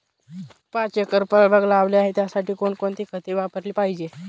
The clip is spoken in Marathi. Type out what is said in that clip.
पाच एकर फळबाग लावली आहे, त्यासाठी कोणकोणती खते वापरली पाहिजे?